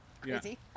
Crazy